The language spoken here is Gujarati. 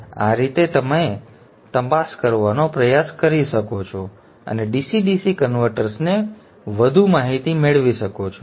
આ રીતે તમે તપાસ કરવાનો પ્રયાસ કરી શકો છો અને DC DC કન્વર્ટર્સને વધુ માહિતી મેળવી શકો છો